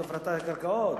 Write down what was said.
של הפרטה של קרקעות,